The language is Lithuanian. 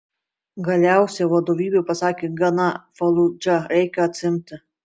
galiausiai vadovybė pasakė gana faludžą reikia atsiimti